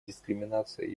дискриминация